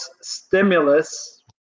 stimulus